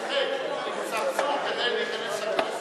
יתאחד עם צרצור כדי להיכנס לכנסת?